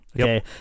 Okay